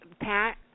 Pat